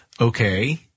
Okay